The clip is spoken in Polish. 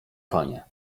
panie